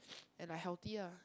and like healthy ah